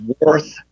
worth